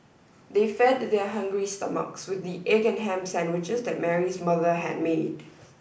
they fed their hungry stomachs with the egg and ham sandwiches that Mary's mother had made